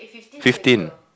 fifteen